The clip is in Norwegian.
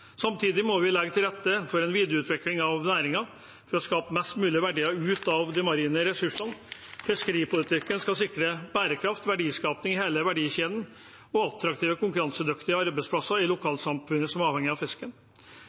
Samtidig må vi legge til rette for en videreutvikling av næringen for å skape mest mulig verdier ut av de marine ressursene. Fiskeripolitikken skal sikre bærekraft og verdiskaping i hele verdikjeden og attraktive og konkurransedyktige arbeidsplasser i lokalsamfunn som er avhengige av fisken.